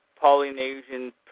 Polynesian